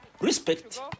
respect